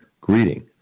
greeting